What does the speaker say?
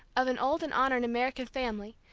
of an old and honored american family,